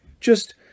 Just